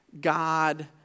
God